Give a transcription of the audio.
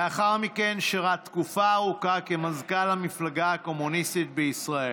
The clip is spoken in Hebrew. לאחר מכן שירת תקופה ארוכה כמזכ"ל המפלגה הקומוניסטית בישראל.